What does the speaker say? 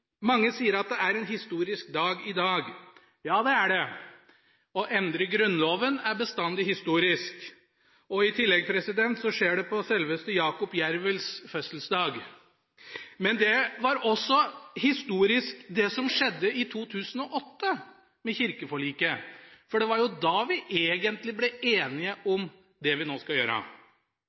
Mange sier at det er en historisk dag i dag, Ja, det er det. Å endre Grunnloven er bestandig historisk. I tillegg skjer det på selveste Jakob Jervells fødselsdag. Men det var også historisk, det som skjedde i 2008, med kirkeforliket, for det var jo da vi egentlig ble enige om det vi nå skal gjøre.